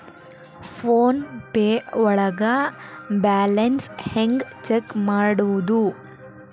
Phone pay ಒಳಗ balance ಹೆಂಗ್ check ಮಾಡುವುದು?